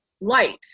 light